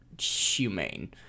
humane